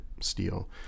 steel